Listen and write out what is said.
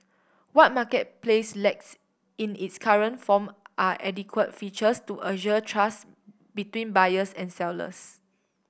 what marketplace lacks in its current form are adequate features to assure trust between buyers and sellers